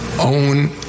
own